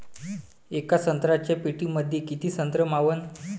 येका संत्र्याच्या पेटीमंदी किती संत्र मावन?